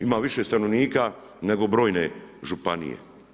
Ima više stanovnika nego brojne županije.